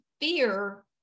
fear